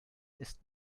ist